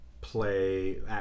play